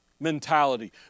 Mentality